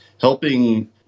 helping